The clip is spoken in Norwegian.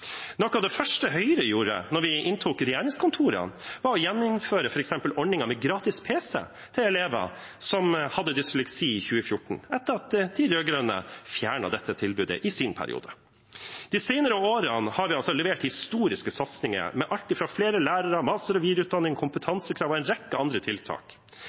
Noe av det første Høyre gjorde da vi inntok regjeringskontorene, var i 2014 å gjeninnføre ordningen med gratis PC til elever som hadde dysleksi, etter at de rød-grønne fjernet dette tilbudet i sin periode. De senere årene har vi levert historiske satsinger, med alt fra flere lærere, master- og videreutdanning, kompetansekrav og en rekke andre tiltak.